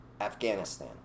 Afghanistan